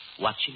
watching